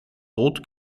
rot